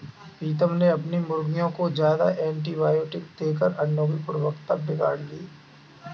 प्रीतम ने अपने मुर्गियों को ज्यादा एंटीबायोटिक देकर अंडो की गुणवत्ता बिगाड़ ली